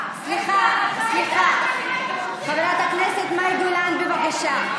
סליחה, חברת הכנסת מאי גולן, בבקשה.